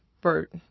Bert